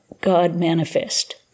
God-manifest